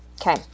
Okay